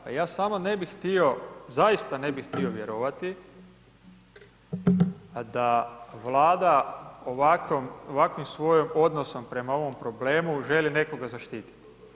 Pa ja samo ne bih htio, zaista ne bih htio vjerovati da Vlada ovakvim svojim odnosom prema ovom problemu želi nekoga zaštiti.